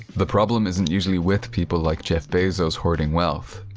the problem isn't usually with people like jeff bezos hoarding wealth,